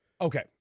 Okay